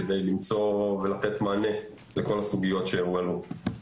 כדי לתת מענה לכל הסוגיות שעלו.